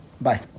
Bye